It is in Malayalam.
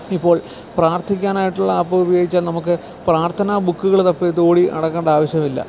ഇപ്പോൾ പ്രാർത്ഥിക്കാനായിട്ടുള്ള ആപ്പ് ഉപയോഗിച്ചാൽ നമുക്ക് പ്രാർത്ഥനാ ബുക്കുകൾ തപ്പിയിട്ട് ഓടി നടക്കേണ്ട ആവശ്യവില്ല